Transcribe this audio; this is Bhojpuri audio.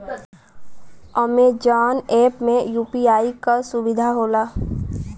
अमेजॉन ऐप में यू.पी.आई क सुविधा होला